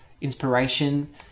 inspiration